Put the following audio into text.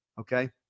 Okay